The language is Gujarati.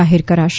જાહેર કરાશે